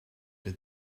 did